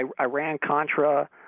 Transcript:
Iran-Contra